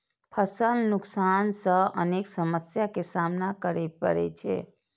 फसल नुकसान सं अनेक समस्या के सामना करै पड़ै छै